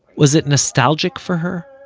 was it nostalgic for her?